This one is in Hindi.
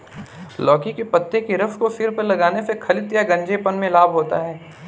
लौकी के पत्ते के रस को सिर पर लगाने से खालित्य या गंजेपन में लाभ होता है